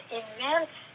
immense